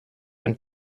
and